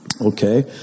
okay